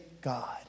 God